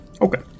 Okay